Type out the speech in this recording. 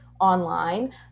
online